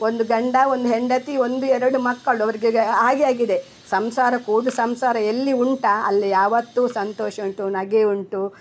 ಒಂದು ಗಂಡ ಒಂದು ಹೆಂಡತಿ ಒಂದು ಎರಡು ಮಕ್ಕಳು ಅವರಿಗೆ ಹಾಗೆ ಆಗಿದೆ ಸಂಸಾರ ಕೂಡು ಸಂಸಾರ ಎಲ್ಲಿ ಉಂಟು ಅಲ್ಲಿ ಯಾವತ್ತೂ ಸಂತೋಷ ಉಂಟು ನಗೆ ಉಂಟು